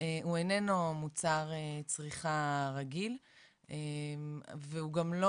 הוא איננו מוצר צריכה רגיל והוא גם לא